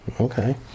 okay